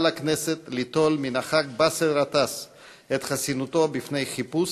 לכנסת ליטול מחבר הכנסת באסל גטאס את חסינותו בפני חיפוש